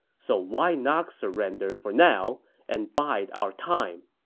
so why not surrender for now and bide our time?